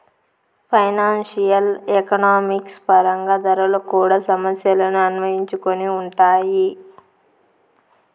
financial economics పరంగా ధరలు కూడా సమస్యలను అన్వయించుకొని ఉంటాయి